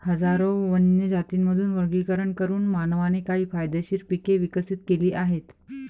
हजारो वन्य जातींमधून वर्गीकरण करून मानवाने काही फायदेशीर पिके विकसित केली आहेत